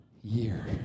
year